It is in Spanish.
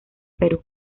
perú